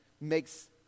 makes